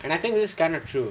and I think this kind of true